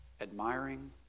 admiring